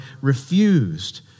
refused